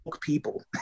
people